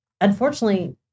unfortunately